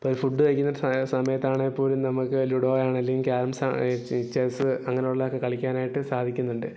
ഇപ്പം ഫുഡ് കഴിക്കുന്ന സ സമയത്താണേൽ പോലും നമുക്ക് ലുഡോയാണെങ്കിലും ക്യാരംസാ ചെസ്സ് അങ്ങനെയുള്ളതൊക്കെ കളിക്കാനായിട്ട് സാധിക്കുന്നുണ്ട്